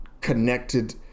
connected